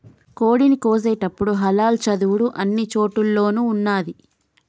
కోడిని కోసేటపుడు హలాల్ చదువుడు అన్ని చోటుల్లోనూ ఉన్నాది